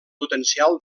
potencial